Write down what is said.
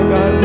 God